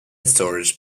storage